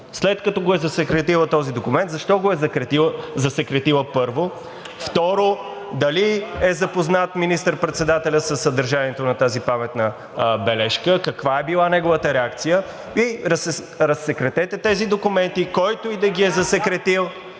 след като го е засекретила този документ, защо го е засекретила, първо?! Второ, дали е запознат министър-председателят със съдържанието на тази паметна бележка? Каква е била неговата реакция? И разсекретете тези документи (реплики), който и да ги е засекретил,